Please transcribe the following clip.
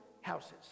houses